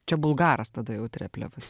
čia bulgaras tada jau treplevas